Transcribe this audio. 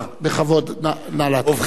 בכבוד, נא להתחיל.